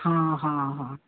ହଁ ହଁ ହଁ